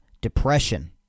depression